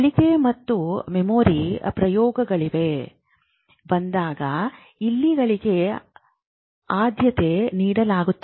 ಕಲಿಕೆ ಮತ್ತು ಮೆಮೊರಿ ಪ್ರಯೋಗಗಳಿಗೆ ಬಂದಾಗ ಇಲಿಗಳಿಗೆ ಆದ್ಯತೆ ನೀಡಲಾಗುತ್ತದೆ